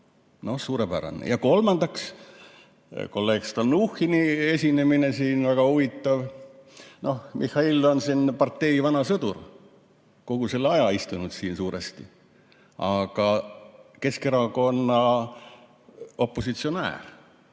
Suurepärane! Ja kolmandaks, kolleeg Stalnuhhini esinemine siin, väga huvitav. No Mihhail on siin partei vana sõdur, kogu selle aja istunud siin suuresti. Aga Keskerakonna opositsionäär.